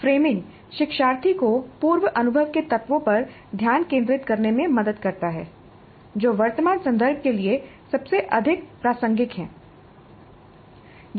framing शिक्षार्थी को पूर्व अनुभव के तत्वों पर ध्यान केंद्रित करने में मदद करता है जो वर्तमान संदर्भ के लिए सबसे अधिक प्रासंगिक हैं